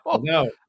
No